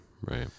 right